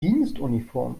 dienstuniform